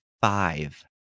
five